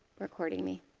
recording me.